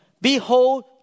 behold